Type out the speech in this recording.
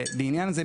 בעניין זה,